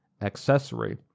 accessory